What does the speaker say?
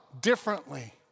differently